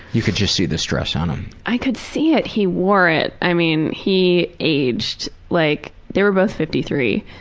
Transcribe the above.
you could just see the stress on him. i could see it, he wore it, i mean he aged, like, they were both fifty three.